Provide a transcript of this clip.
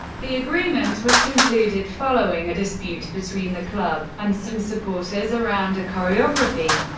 the agreement was concluded following a dispute between the club and some supporters around a choreography.